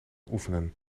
oefenen